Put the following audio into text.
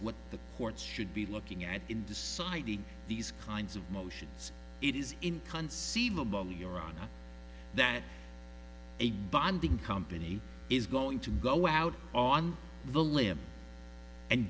what the courts should be looking at in deciding these kinds of motions it is inconceivable your honor that a bonding company is going to go out on the limb and